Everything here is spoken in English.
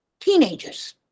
teenagers